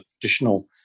additional